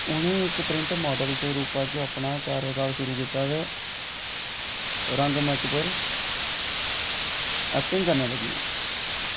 उ'नें इक print model दे रूपा च अपना कार्यकाल शुरू कीता ते रंगमंच पर ऐक्टिंग करने लगियां